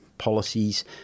policies